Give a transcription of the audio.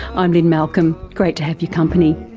i'm lynne malcolm, great to have your company,